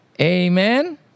Amen